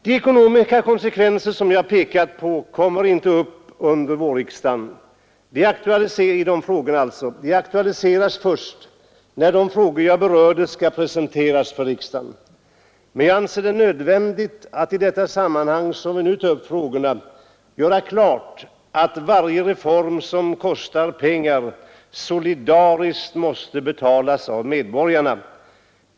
De ekonomiska konsekvenser som jag pekat på kommer inte att behandlas under vårriksdagen. De aktualiseras först när de frågor jag berört skall presenteras för riksdagen. Men jag anser det nödvändigt att i detta sammanhang göra klart att varje reform som kostar pengar solidariskt måste betalas av medborgarna.